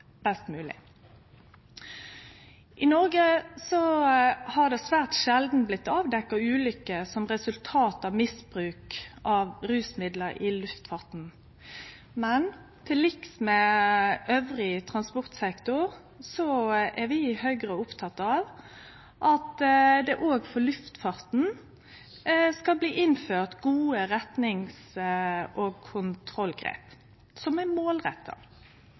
best mogleg. I Noreg har det svært sjeldan blitt avdekt ulykker som resultat av misbruk av rusmiddel i luftfarten, men til liks med transportsektoren elles, er vi i Høgre opptekne av at det òg for luftfarten blir innført gode regulerings- og kontrollgrep som er målretta.